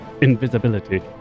invisibility